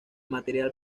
material